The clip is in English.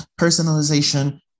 personalization